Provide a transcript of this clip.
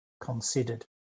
considered